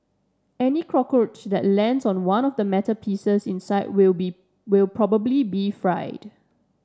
any cockroach that lands on the one of the metal pieces inside will be will probably be fried